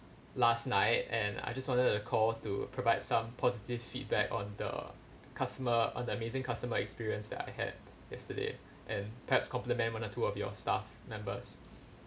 last night and I just wanted to call to provide some positive feedback on the customer on the amazing customer experience that I had yesterday and perhaps compliment one or two of your staff members